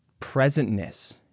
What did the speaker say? presentness